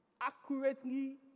accurately